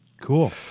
Cool